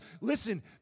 listen